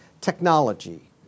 technology